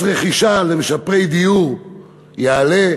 מס רכישה למשפרי דיור יעלה,